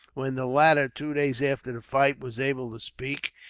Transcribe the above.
when the latter, two days after the fight, was able to speak,